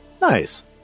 Nice